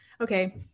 okay